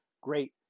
great